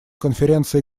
конференция